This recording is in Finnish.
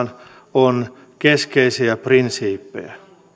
on keskeisiä prinsiippejä